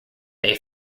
they